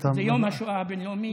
זה יום השואה הבין-לאומי.